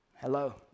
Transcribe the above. hello